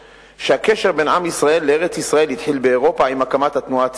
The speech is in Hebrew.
שהקשר בין עם ישראל לארץ-ישראל התחיל באירופה עם הקמת התנועה הציונית,